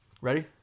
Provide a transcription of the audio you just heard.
Ready